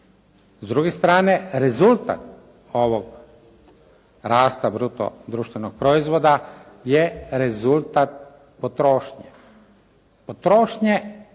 S druge strane rezultat ovog rasta bruto društvenog proizvoda je rezultat potrošnje, potrošnje